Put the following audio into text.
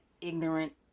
ignorant